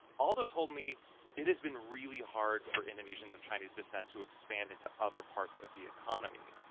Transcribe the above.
alldo told me it has been really hard for indonesians of chinese descent to expand into other parts of the economy.